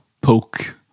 poke